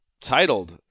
titled